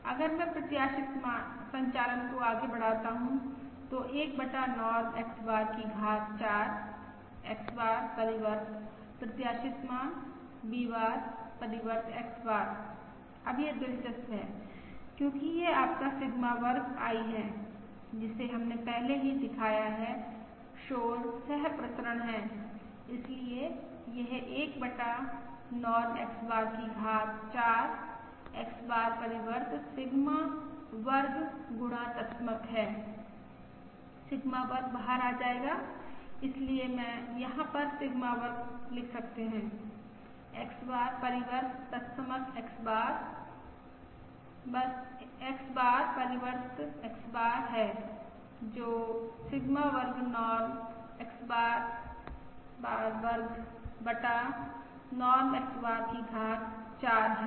अगर मैं प्रत्याशित संचालन को आगे बढ़ाता हूँ तो 1 बटा नॉर्म X बार की घात 4 X बार परिवर्त प्रत्याशित मान V बार परिवर्त X बार अब यह दिलचस्प है क्योंकि यह आपका सिग्मा वर्ग I है जिसे हमने पहले ही दिखाया है शोर सहप्रसरण है इसलिए यह 1 बटा नॉर्म X बार की घात 4 X बार परिवर्त सिगमा वर्ग गुणा तत्समक है सिग्मा वर्ग बाहर आ जाएगा इसलिए मैं यहाँ पर सिग्मा वर्ग लिख सकते हैं X बार परिवर्त तत्समक X बार बस X बार परिवर्त X बार है जो सिगमा वर्ग नॉर्म् X बार वर्ग बटा नॉर्म X बार की घात 4 है